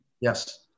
Yes